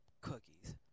cookies